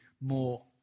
more